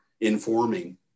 informing